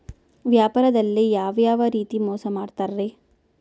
ವ್ಯಾಪಾರದಲ್ಲಿ ಯಾವ್ಯಾವ ರೇತಿ ಮೋಸ ಮಾಡ್ತಾರ್ರಿ?